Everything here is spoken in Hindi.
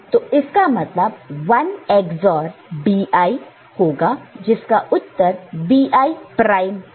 तो इसका मतलब 1 XOR Bi होगा जिसका उत्तर Bi प्राइम है